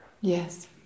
Yes